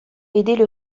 aidaient